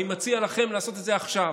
ואני מציע לכם לעשות את זה עכשיו,